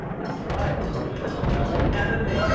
it's alright, just join the umbrella academy!